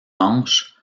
manche